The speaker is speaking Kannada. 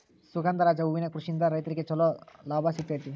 ಸುಗಂಧರಾಜ ಹೂವಿನ ಕೃಷಿಯಿಂದ ರೈತ್ರಗೆ ಚಂಲೋ ಲಾಭ ಸಿಗತೈತಿ